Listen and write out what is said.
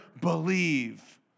Believe